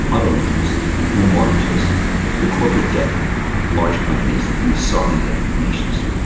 auto loans, and home mortgages to the corporate debt of large companies and the sovereign debt of nations.